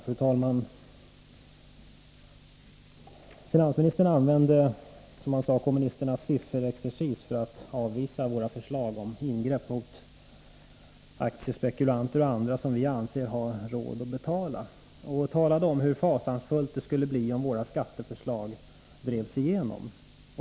Fru talman! Finansministern använde, som han sade, kommunisternas sifferexercis för att avvisa våra förslag om ingrepp mot aktiespekulanter och andra, som vi anser har råd att betala, och talade om hur fasansfullt det skulle bli om våra skatteförslag drevs igenom.